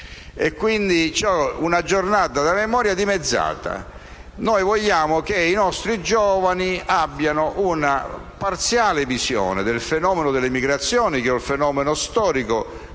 questa è una Giornata della memoria dimezzata. Noi vogliamo che i nostri giovani abbiano una parziale visione del fenomeno dell'immigrazione, fenomeno storico